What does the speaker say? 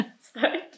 Sorry